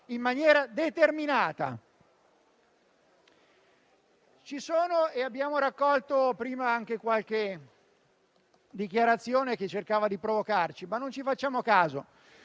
in maniera determinata. Prima abbiamo raccolto anche qualche dichiarazione che cercava di provocarci, ma non ci facciamo caso,